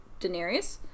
Daenerys